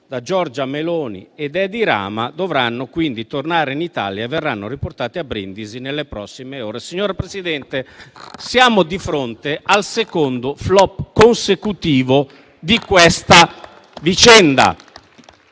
da Giorgia Meloni e da Edi Rama, dovranno tornare in Italia e verranno riportati a Brindisi nelle prossime ore. Signor Presidente, siamo di fronte al secondo *flop* consecutivo di questa vicenda.